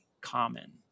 common